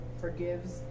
forgives